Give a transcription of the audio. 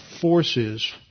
forces